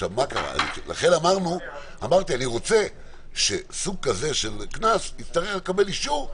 לכן אמרתי שאני רוצה שסוג כזה של קנס יצטרך לקבל אישור.